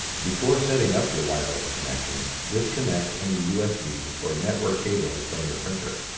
before setting up your wireless connection, disconnect any usb or network cables from your printer.